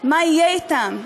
מה יהיה אתם.